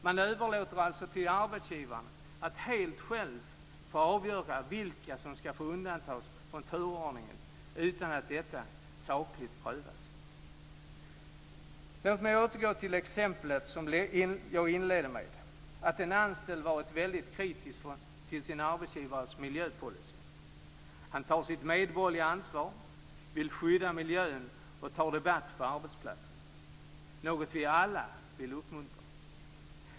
Man överlåter alltså på arbetsgivaren att helt själv få avgöra vilka som ska få undantas från turordningen utan att detta kan sakligt prövas. Låt mig återgå till det exempel som jag inledde med, nämligen att en anställd varit väldigt kritisk till sin arbetsgivares miljöpolicy. Han tar sitt medborgerliga ansvar, vill skydda miljön och tar debatt på arbetsplatsen. Det är något vi alla vill uppmuntra.